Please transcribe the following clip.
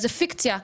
זו פיקציה.